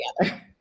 together